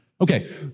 Okay